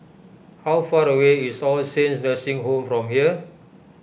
how far away is All Saints Nursing Home from here